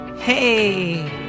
Hey